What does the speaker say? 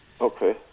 Okay